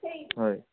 হয়